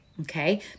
Okay